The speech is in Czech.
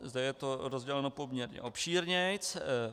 Zde je to rozděleno poměrně obšírněji.